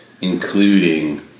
including